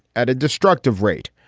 at a destructive rate.